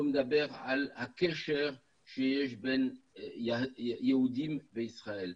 מדבר על הקשר שיש בין יהודים וישראל.